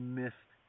missed